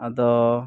ᱟᱫᱚ